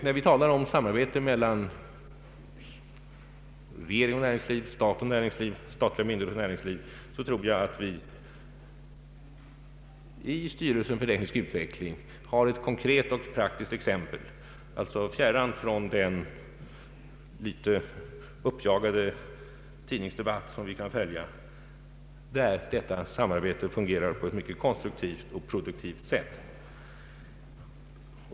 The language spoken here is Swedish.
När vi talar om samarbete mellan statliga myndigheter och näringsliv, vill jag framhålla att vi i styrelsen för teknisk utveckling har ett konkret och praktiskt exempel, fjärran från den litet uppjagade tidningsdebatt som vi kan följa i pressen, på hur detta samarbete fungerar på ett mycket konstruktivt och produktivt sätt.